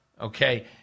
okay